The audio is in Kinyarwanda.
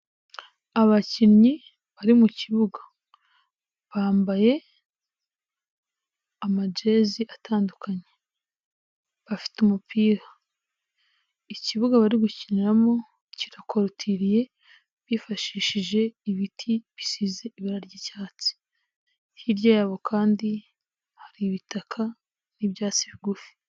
Abakinnyi bari mu kibuga, bambaye amajezi atandukanye, bafite umupira. Ikibuga bari gukiniramo kirakorotiriye bifashishije ibiti bisize ibara ry'icyatsi. Hirya yabo kandi hari ibitaka n'ibyasi bigufi.